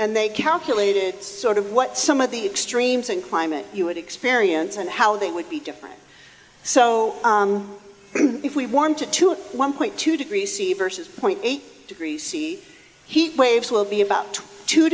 and they calculated sort of what some of the extremes in climate you would experience and how they would be different so if we warm to two at one point two degrees c vs point eight degrees c heat waves will be about two